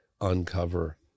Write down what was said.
uncover